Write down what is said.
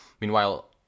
meanwhile